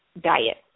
diet